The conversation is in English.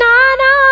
Nana